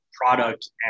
product